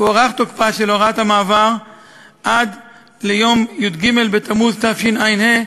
הוארך תוקפה של הוראת המעבר עד ליום י"ג בתמוז התשע"ה,